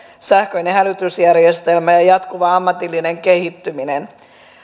sähköinen hälytysjärjestelmä ja jatkuva ammatillinen kehittyminen